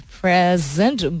present